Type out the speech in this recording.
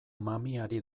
mamiari